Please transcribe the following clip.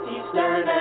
Eastern